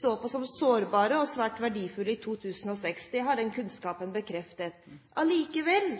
så på som sårbare og svært verdifulle i 2006. Det har den kunnskapen bekreftet. Allikevel